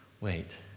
wait